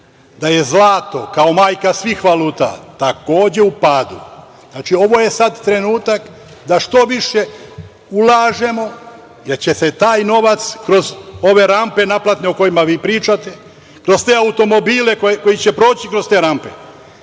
da je zlato kao majka svih valuta takođe u padu. Znači, ovo je sada trenutak da što više ulažemo, jer će se taj novac kroz ove rampe naplatne, o kojima vi pričate, kroz te automobile koji će proći kroz te rampe.